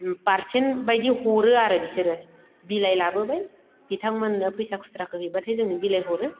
percent बायदि हरो आरो बिसोरो बिलाइ लाबोबाय बिथांमोननो फैसा खुस्राखो हैब्लाथाय जोंनो बिलाइ हरो